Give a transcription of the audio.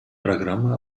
программа